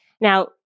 Now